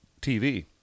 TV